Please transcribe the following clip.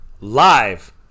live